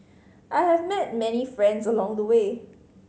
I have met many friends along the way